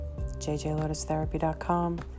JJLotusTherapy.com